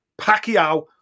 Pacquiao